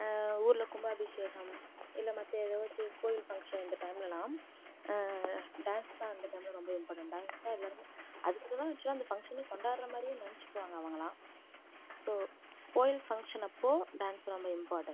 ஊரில் கும்பாபிஷேகம் இல்லை மற்ற எதுவாச்சு கோயில் ஃபங்க்ஷனு இந்த டைம்லெலாம் டான்ஸ் தான் அந்த டைமில் ரொம்ப இம்பார்ட்டண்ட்டாக டான்ஸ் தான் எல்லாேருமே அதுக்காக தான் ஆக்ச்சுலாக அந்த ஃபங்க்ஷனே கொண்டாடுகிற மாதிரியே நினைச்சிக்குவாங்க அவர்களாம் ஸோ கோயில் ஃபங்க்ஷன் அப்போது டான்ஸ் ரொம்ப இம்பார்ட்டண்ட்